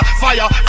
fire